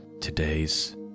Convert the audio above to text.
Today's